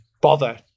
bother